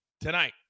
tonight